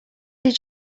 did